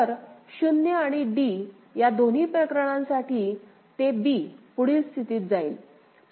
तर a आणि d या दोन्ही प्रकरणांसाठी ते b पुढील स्थितीत जाईल